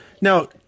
Now